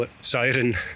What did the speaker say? siren